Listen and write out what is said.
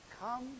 come